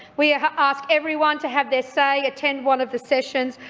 we ask everyone to have their say, attend one of the sessions,